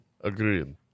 Agreed